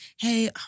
Hey